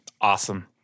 Awesome